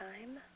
Time